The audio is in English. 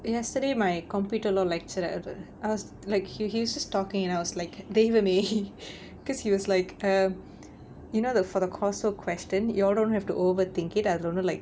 yesterday my computer law lecturer I was ask like he he was just talking and I was like தெய்வமே:theivamae because he was like um you know the for the course question you all don't have to overthink it I don't know like